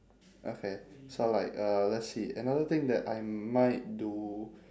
okay so like uh let's see another thing that I might do